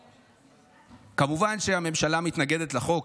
כמובן שהממשלה מתנגדת לחוק,